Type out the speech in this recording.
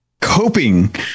coping